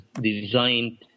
designed